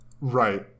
right